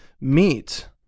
meet